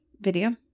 video